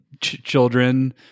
children